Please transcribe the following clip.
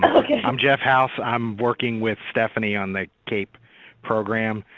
i'm jeff house. i'm working with stephanie on the cape program.